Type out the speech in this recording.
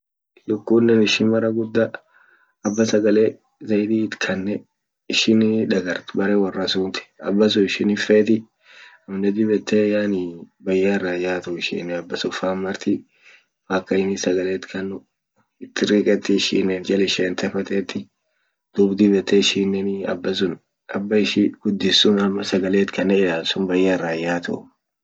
Lukunen ishi mara guda aba sagale zaidi itkanne ishin dagart bere worra sunt aba sun ishin hinfeti amine dib yette yani bayya ira hin yatu ishine aba sun fan marti mpaka inin sagale it kannu it riqeti ishinen jal ishentefa teti dub dib yette ishinen aba sun aba ishi gudis sun ama sagale it kanne ilal sun bayya ira hin yatu.